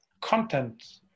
content